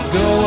go